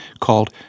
called